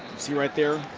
see right there.